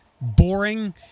boring